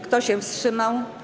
Kto się wstrzymał?